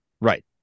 Right